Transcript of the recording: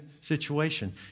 situation